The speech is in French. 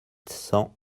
cent